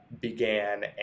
began